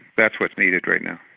that's what's needed right now.